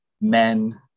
men